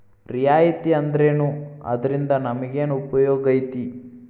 ರಿಯಾಯಿತಿ ಅಂದ್ರೇನು ಅದ್ರಿಂದಾ ನಮಗೆನ್ ಉಪಯೊಗೈತಿ?